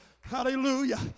hallelujah